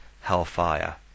hellfire